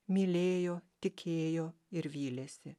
mylėjo tikėjo ir vylėsi